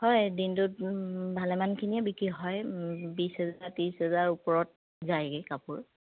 হয় দিনটোত ভালেমানখিনিয়ে বিক্ৰী হয় বিছ হেজাৰ ত্ৰিছ হেজাৰ ওপৰত যায়গৈ কাপোৰ